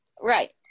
Right